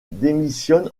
démissionne